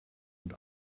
und